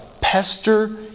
Pester